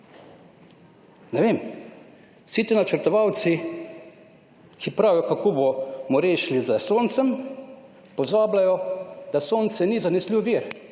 Ne vem. Vsi ti načrtovalci, ki pravijo, kako bomo rešili s Soncem, pozabljajo, da Sonce ni zanesljiv vir,